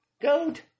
GOAT